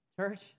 church